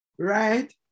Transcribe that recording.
Right